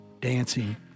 dancing